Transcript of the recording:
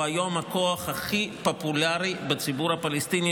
והוא היום הכוח הכי פופולרי בציבור הפלסטיני